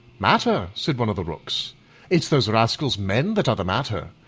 matter? said one of the rooks it's those rascals, men, that are the matter.